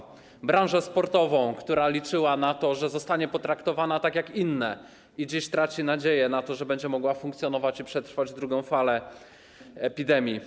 Pragnę pozdrowić też branżę sportową, która liczyła na to, że zostanie potraktowana tak jak inne, i dziś traci nadzieję na to, że będzie mogła funkcjonować i przetrwać drugą falę epidemii.